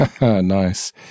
Nice